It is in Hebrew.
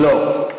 לא.